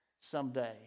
someday